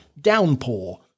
downpour